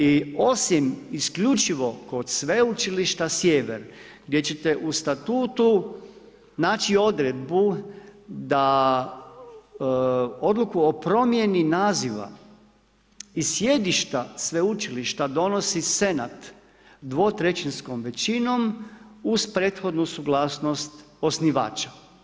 I osim isključivo kod sveučilišta Sjever gdje ćete u statutu naći odredbu da odluku o promjeni naziva i sjedišta sveučilišta donosi Senat 2/3 većinom uz prethodnu suglasnost osnivača.